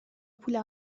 پول